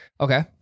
Okay